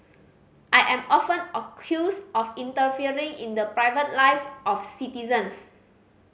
I am often accused of interfering in the private lives of citizens